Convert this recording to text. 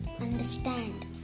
understand